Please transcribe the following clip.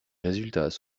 résultats